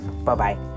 Bye-bye